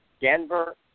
Denver